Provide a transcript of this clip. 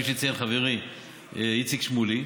כפי שציין חברי איציק שמולי,